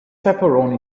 pepperoni